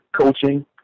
coaching